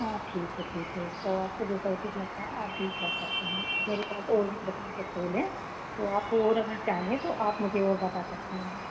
हाँ ठीक है ठीक है तो आपको जैसा उचित लगता है आप भी कर सकते हैं मेरे पास और भी प्रकार के फूल हैं तो आपको और अगर चाहे तो आप मुझे और बता सकती हैं